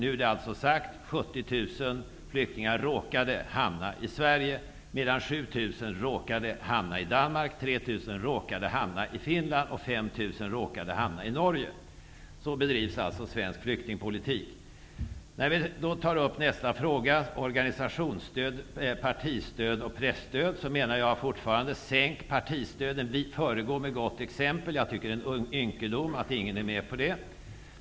Nu är det sagt att 70 000 flyktingar råkade hamna i Sverige, medan 7 000 råkade hamna i Danmark, 3 000 råkade hamna i Finland och 5 000 råkade hamna i Norge. Så bedrivs alltså svensk flyktingpolitik. När vi tar upp nästa fråga -- organisationsstöd, partistöd och presstöd -- menar vi fortfarande: Sänk partistödet! Vi föregår med gott exempel. Jag tycker att det är en ynkedom att ingen är med på det.